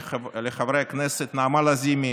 לחברי הכנסת נעמה לזימי,